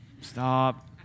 Stop